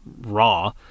raw